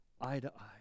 eye-to-eye